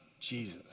Jesus